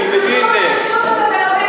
קודמים.